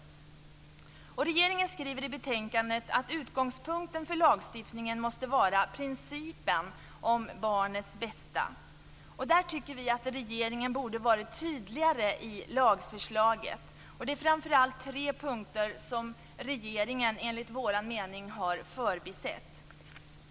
I betänkandet kan vi läsa att regeringen föreslår att utgångspunkten för lagstiftningen måste vara principen om barnets bästa. Där tycker vi att regeringen borde ha varit tydligare i lagförslaget. Det är framför allt tre punkter som regeringen enligt vår mening har förbisett.